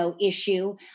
issue